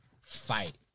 fight